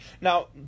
Now